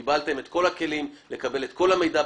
קיבלתם את כל הכלים לקבל את כל המידע.